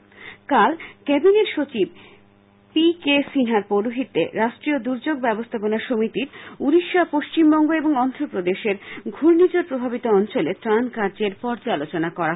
গতকাল ক্যাবিনেট সচিব P K সিনহার পৌরোহিত্যে রাষ্ট্রীয় দুর্যোগ মোকাবিলা ব্যবস্হাপনা সমিতির ওডিশা পশ্চিমবঙ্গ এবং অন্ধ্রপ্রদেশের ঘূর্ণিঝড প্রভাবিত অঞ্চলে ত্রাণ কার্যের পর্যালোচনা করা হয়